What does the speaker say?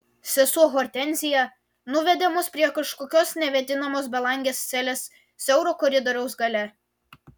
sesuo hortenzija nuvedė mus prie kažkokios nevėdinamos belangės celės siauro koridoriaus gale